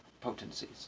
potencies